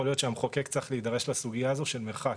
יכול להיות שהמחוקק צריך להידרש לסוגיה הזו של מרחק.